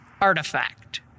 artifact